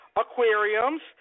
aquariums